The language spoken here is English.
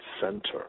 center